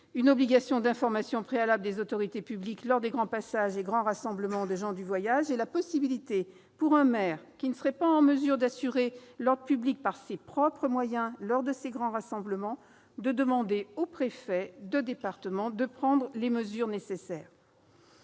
l'obligation d'information préalable des autorités publiques lors des grands passages et grands rassemblements de gens du voyage, ainsi que la possibilité, pour un maire qui ne serait pas en mesure d'assurer l'ordre public par ses propres moyens lors de ces grands rassemblements, de demander au préfet de département de prendre les mesures nécessaires.